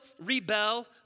rebel